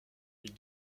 ils